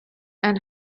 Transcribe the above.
and